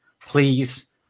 please